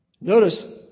Notice